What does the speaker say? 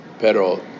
Pero